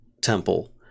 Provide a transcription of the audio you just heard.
temple